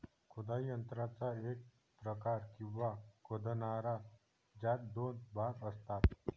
खोदाई यंत्राचा एक प्रकार, किंवा खोदणारा, ज्यात दोन भाग असतात